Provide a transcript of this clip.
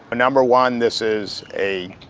number one, this is a